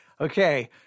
okay